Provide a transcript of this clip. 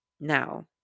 Now